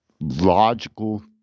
logical